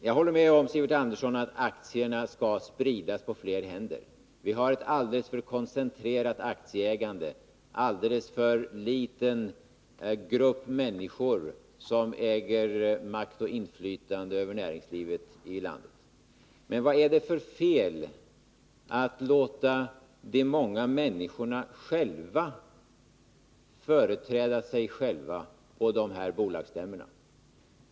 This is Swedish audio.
Jag håller med om att aktierna skall spridas på fler händer. Vi har ett alldeles för koncentrerat aktieägande. En alldeles för liten grupp människor äger makt och inflytande över näringslivet i landet. Men vad är det för fel i att låta de många människorna företräda sig själva på bolagsstämmorna?